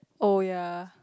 oh ya